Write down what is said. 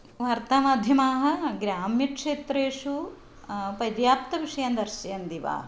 वार्तामाध्यमाः ग्राम्यक्षेत्रेषु पर्याप्तविषयं दर्शयन्ति वा